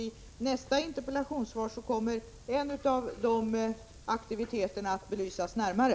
I nästa interpellationssvar kommer en av de aktiviteterna att belysas närmare.